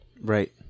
Right